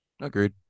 Agreed